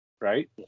right